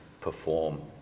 perform